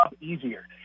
easier